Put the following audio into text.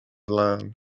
lan